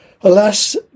Alas